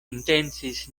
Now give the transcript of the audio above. intencis